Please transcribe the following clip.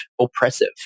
oppressive